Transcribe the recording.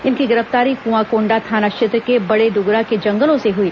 इनकी गिरफ्तारी कुआंकोंडा थाना क्षेत्र के बड़ेड्गरा के जंगलों से हुई